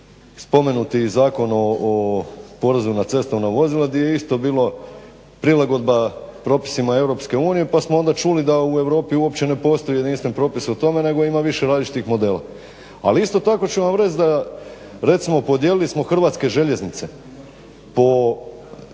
spomenuti Zakon o porezu na cestovna vozila gdje je isto bilo prilagodba propisima EU pa smo onda čuli da u Europi ne postoji jedinstven propis o tome nego ima više različitih modela. Ali isto tako ću vam reći recimo podijelili smo HŽ po